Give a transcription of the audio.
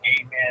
Amen